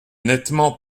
nettement